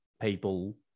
people